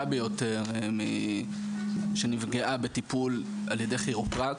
ביותר שנפגעה בטיפול על ידי כירופרקט.